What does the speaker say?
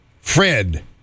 Fred